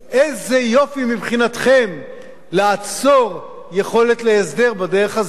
איזה יופי מבחינתכם לעצור יכולת להסדר בדרך הזאת,